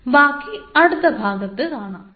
ബാക്കി അടുത്ത ഭാഗത്ത് കാണാം